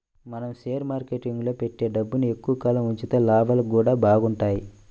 మనం షేర్ మార్కెట్టులో పెట్టే డబ్బుని ఎక్కువ కాలం ఉంచితే లాభాలు గూడా బాగుంటయ్